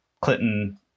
Clinton